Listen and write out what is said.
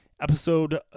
Episode